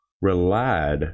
relied